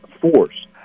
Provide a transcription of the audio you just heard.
force